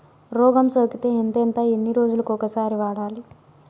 రోగం సోకితే ఎంతెంత ఎన్ని రోజులు కొక సారి వాడాలి?